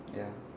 ya